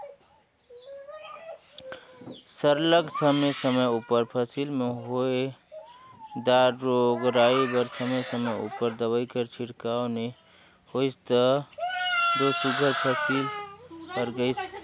सरलग समे समे उपर फसिल में होए दार रोग राई बर समे समे उपर दवई कर छिड़काव नी होइस तब दो सुग्घर फसिल हर गइस